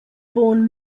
born